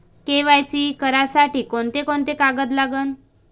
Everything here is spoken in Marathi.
के.वाय.सी करासाठी कोंते कोंते कागद लागन?